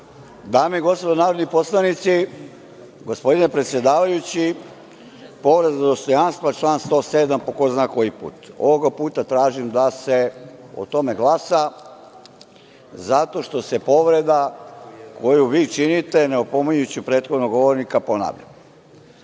Dame i gospodo narodni poslanici, gospodine predsedavajući povreda dostojanstva, član 107. po ko zna koji put. Ovog puta tražim da se o tome glasa zato što se povreda koju vi činite ne opominjući prethodnog govornika ponavlja. Da